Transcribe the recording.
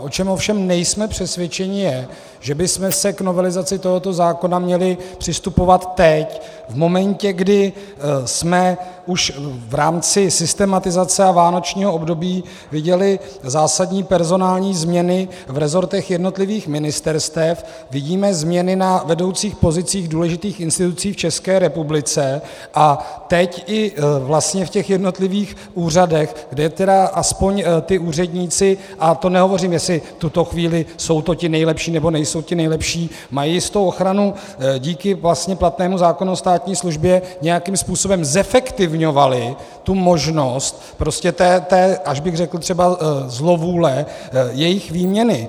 O čem ovšem nejsme přesvědčeni, je, že bychom k novelizaci tohoto zákona měli přistupovat teď, v momentě, kdy jsme už v rámci systematizace a vánočního období viděli zásadní personální změny v rezortech jednotlivých ministerstev, vidíme změny na vedoucích pozicích důležitých institucí v České republice a teď i vlastně v těch jednotlivých úřadech, kde tedy aspoň ti úředníci, a to nehovořím, jestli v tuto chvíli jsou to ti nejlepší nebo nejsou ti nejlepší, mají jistou ochranu díky vlastně platnému zákonu o státní službě, nějakým způsobem zefektivňovali tu možnost prostě té až by řekl třeba zlovůle jejich výměny.